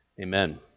amen